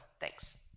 thanks